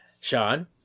Sean